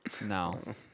No